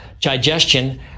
digestion